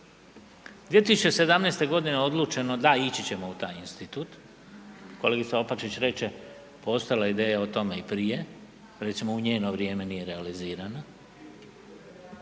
2017.g. odlučeno, da ići ćemo u taj institut. Kolegica Opačić reče postojala je ideja o tome i prije, recimo u njeno vrijeme nije realizirano,